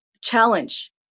challenge